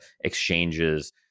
exchanges